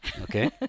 Okay